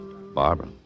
Barbara